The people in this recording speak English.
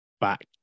back